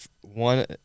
one